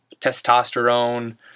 testosterone